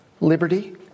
liberty